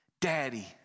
Daddy